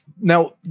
Now